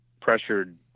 pressured